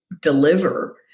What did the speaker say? deliver